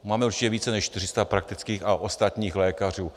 Máme určitě více než 400 praktických a ostatních lékařů.